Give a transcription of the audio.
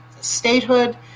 statehood